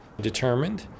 determined